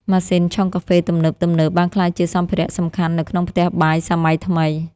ម៉ាស៊ីនឆុងកាហ្វេទំនើបៗ បានក្លាយជាសម្ភារៈសំខាន់នៅក្នុងផ្ទះបាយសម័យថ្មី។